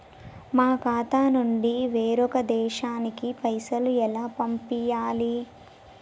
మా ఖాతా నుంచి వేరొక దేశానికి పైసలు ఎలా పంపియ్యాలి?